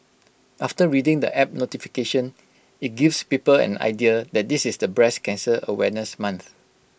after reading the app notification IT gives people an idea that this is the breast cancer awareness month